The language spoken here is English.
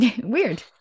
Weird